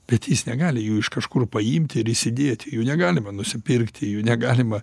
bet jis negali jų iš kažkur paimti ir įsidėti jų negalima nusipirkti jų negalima